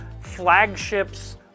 flagships